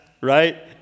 right